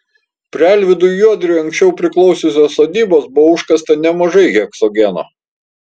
prie alvydui juodriui anksčiau priklausiusios sodybos buvo užkasta nemažai heksogeno